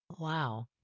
Wow